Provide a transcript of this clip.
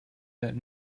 that